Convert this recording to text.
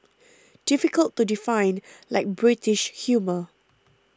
difficult to define like British humour